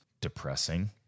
depressing